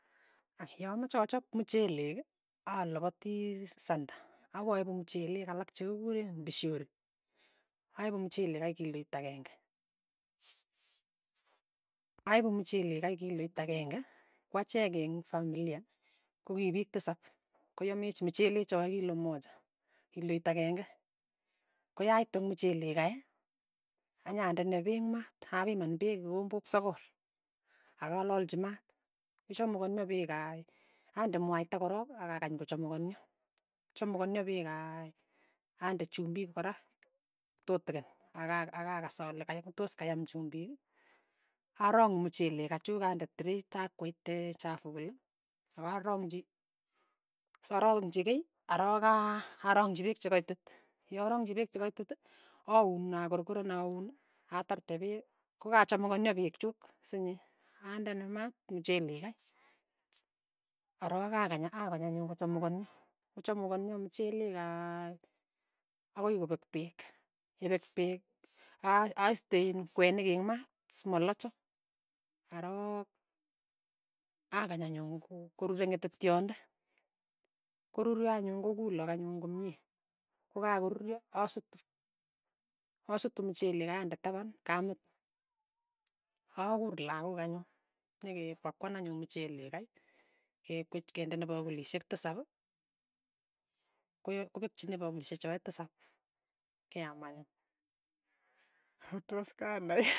Ay ya amache achap mchelek alapati sanda, apaipu mchelek alak chekikuren pishori, aipu mchelek kai kiloit akeng'e, aipu mchelek kai kiloit akeng'e, kwachek eng' familia, ko kipiik tisap, koyamech mchele choe kilo mocha, kiloit akeng'e, koyaitu ing' muchelek kai, anyandene peek maat. apiman peek kikombok sogol. akalalchi mat, kochamukonio peek kai ande mwaita korok akakany kochamukonio, kochamukonio pek kai ande chumbik kora tutikin, aka akakas ale kai kotos kayam chumbik, arang'u mchelek kachuk ande teret, akweitee chafu kile, akarangchi sarangchi kei, arook aa arongchi pek che kaitit, yorongchi peek chekaitit, auun akurkuren auun, atarte peek, kokachamukonio peek chuk sinyen, andene maat muchelek kai. arook akany akony anyun kochamukonio, kochamukonio mchelak kai akoi kopek peek, yepek peek a- aiste iin kwenik eng' maat simalocho, arok akany anyun ko korure ng'etetyonde, koruryo anyun kokulok anyun komie, a kokakoruryo asutu, asutu mchelek kai ande tapan, kaa meto, akuur lakok anyun, nyekepakwan anyun mchelek kai, kekwech kendene pakulishek tisap, koyo kopekchini pakulishek choe tisap, keam anyun.